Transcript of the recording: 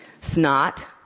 Snot